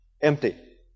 empty